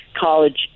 college